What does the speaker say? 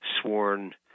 sworn